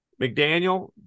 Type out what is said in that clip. McDaniel